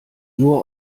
nur